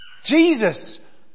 Jesus